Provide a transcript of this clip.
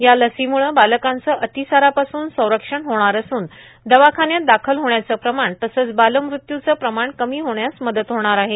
या लसीमुळं बालकांचं र्रातसारापासून संरक्षण होणार असून दवाखान्यात दाखल होण्याचं प्रमाण तसंच बालमृत्यूचं प्रमाण कमी होण्यास मदत होणार आहे